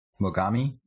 Mogami